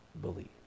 believe